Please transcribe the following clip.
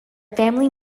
family